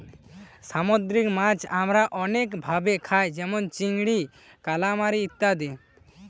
সামুদ্রিক মাছ আমরা অনেক ভাবে খাই যেমন চিংড়ি, কালামারী ইত্যাদি